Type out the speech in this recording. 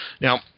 Now